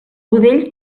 budell